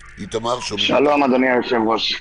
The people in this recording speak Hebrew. שלום, אדוני היושב-ראש.